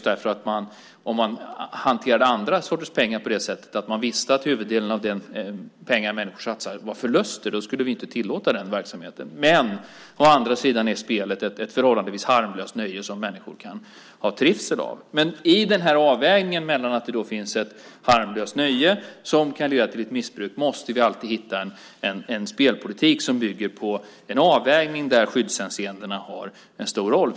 Om man skulle hantera andra sorters pengar på det sättet och visste att huvuddelen av de pengar människor satsar gav förluster, då skulle vi ju inte tillåta en sådan verksamhet. Men å andra sidan är spelet ett förhållandevis harmlöst nöje som människor kan ha trivsel av. Mellan att det är ett harmlöst nöje och att det kan leda till ett missbruk måste vi alltid hitta en spelpolitik som bygger på en avvägning där skyddshänseendena har en stor roll.